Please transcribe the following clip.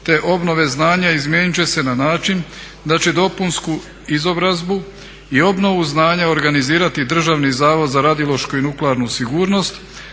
te obnove znanja izmijenit će se na način da će dopunsku izobrazbu i obnovu znanja organizirati Državni zavod za radiološku i nuklearnu sigurnost